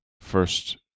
first